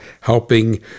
helping